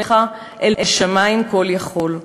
לפניך אל שמים כול יכול.